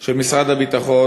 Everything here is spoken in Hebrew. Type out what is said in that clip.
של משרד הביטחון.